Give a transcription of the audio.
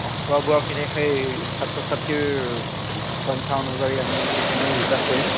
অঁ খোৱা বোৱাখিনি সেই ছাত্ৰ ছাত্ৰীৰ সংখ্যা অনুযায়ী আমি সেইখিনিও হিচাপ কৰিম